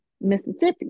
Mississippi